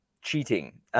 cheating